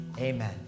Amen